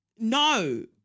no